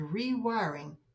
rewiring